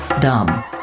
dumb